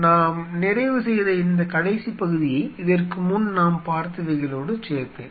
நாம் நிறைவு செய்த இந்த கடைசி பகுதியை இதற்கு முன் நாம் பார்த்தவைகளோடுச் சேர்ப்பேன்